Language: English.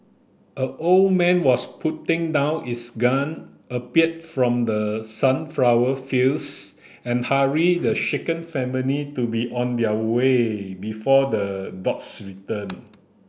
a old man was putting down his gun appeared from the sunflower fields and hurried the shaken family to be on their way before the dogs return